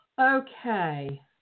okay